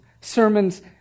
sermon's